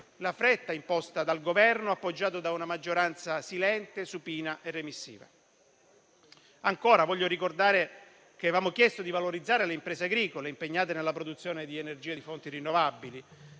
la fretta imposta dal Governo, appoggiato da una maggioranza silente, supina e remissiva. Voglio ricordare che avevamo chiesto di valorizzare le imprese agricole impegnate nella produzione di energia di fonti rinnovabili;